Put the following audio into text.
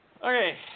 Okay